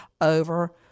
over